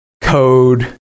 code